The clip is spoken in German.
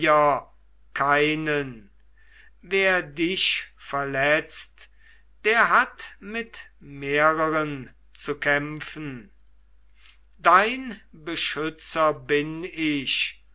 keinen wer dich verletzt der hat mit mehren zu kämpfen dein beschützer bin ich